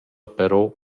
però